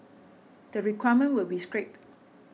the requirement will be scrapped